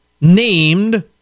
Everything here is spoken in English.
named